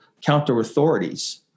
counter-authorities